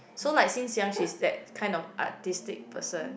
so like since young she's that kind of artistic person